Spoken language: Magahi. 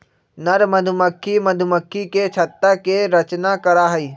नर मधुमक्खी मधुमक्खी के छत्ता के रचना करा हई